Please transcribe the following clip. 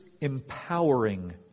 empowering